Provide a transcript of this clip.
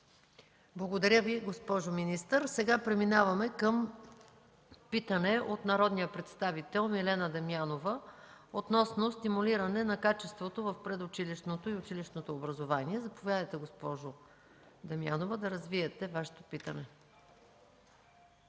Благодаря Ви, госпожо министър. Сега преминаваме към питане от народния представител Милена Дамянова относно стимулиране на качеството в предучилищното и училищното образование. Госпожо Дамянова, заповядайте да развиете Вашето питане.